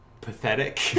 pathetic